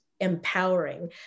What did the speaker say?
empowering